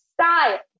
style